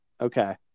Okay